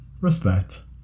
Respect